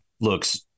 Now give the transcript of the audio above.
looks